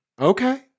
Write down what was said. Okay